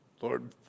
Lord